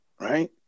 Right